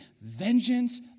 Vengeance